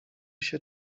się